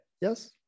Yes